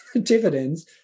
dividends